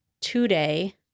today